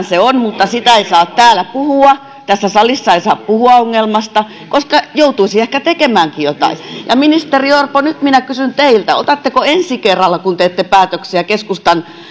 se myönnetään mutta siitä ei saa täällä puhua tässä salissa ei saa puhua ongelmasta koska joutuisi ehkä tekemäänkin jotain ministeri orpo nyt minä kysyn teiltä otatteko ensi kerralla kun teette päätöksiä keskustan